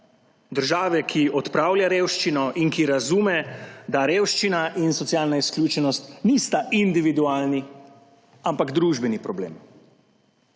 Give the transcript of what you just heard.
države, ki odpravlja revščino in razume, da revščina in socialna izključenost nista individualni, ampak družbeni problem.